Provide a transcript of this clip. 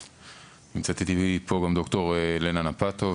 נמצאת איתי פה גם דוקטור לנה נטפוב,